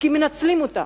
כי מנצלים אותה.